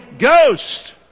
Ghost